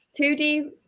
2D